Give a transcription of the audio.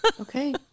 Okay